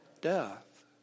death